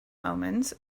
omens